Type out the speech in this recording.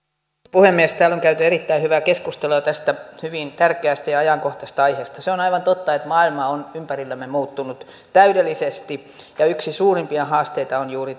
puhemies täällä on käyty erittäin hyvää keskustelua tästä hyvin tärkeästä ja ajankohtaisesta aiheesta se on aivan totta että maailma on ympärillämme muuttunut täydellisesti ja yksi suurimpia haasteita on juuri